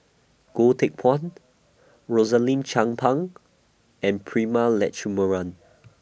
Goh Teck Phuan Rosaline Chan Pang and Prema Letchumanan